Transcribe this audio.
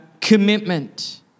commitment